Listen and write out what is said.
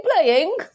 playing